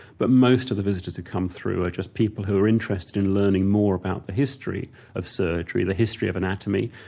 but most of the visitors who come through are just people who are interested in learning more about the history of surgery, the history of anatomy,